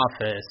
office